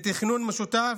בתכנון משותף,